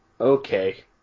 Okay